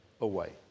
away